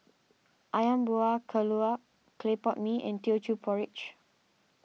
Ayam Buah Keluak Clay Pot Mee and Teochew Porridge